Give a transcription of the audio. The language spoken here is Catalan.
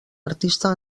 artista